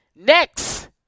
Next